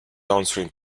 downstream